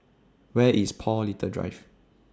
Where IS Paul Little Drive